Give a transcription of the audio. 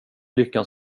lyckan